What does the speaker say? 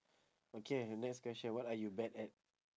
okay next question what are you bad at